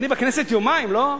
אני בכנסת יומיים, לא?